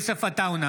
בעד יוסף עטאונה,